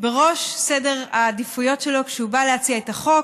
בראש סדר העדיפויות שלו כשהוא בא להציע את החוק,